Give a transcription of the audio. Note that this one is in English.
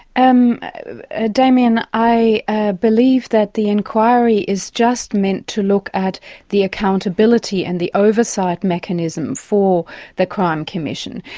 and ah damien, i ah believe that the inquiry is just meant to look at the accountability and the oversight mechanism for the crime commission.